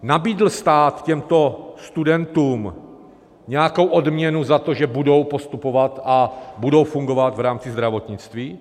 Nabídl stát těmto studentům nějakou odměnu za to, že budou postupovat a budou fungovat v rámci zdravotnictví?